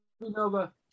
Nova